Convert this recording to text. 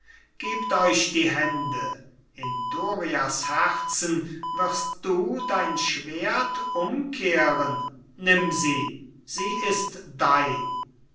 gebt euch die hände in dorias herzen wirst du dein schwert umkehren nimm sie sie ist dein